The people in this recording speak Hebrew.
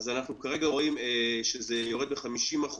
כרגע אנחנו רואים שזה יורד ב-50%,